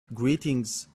greetings